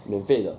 免费的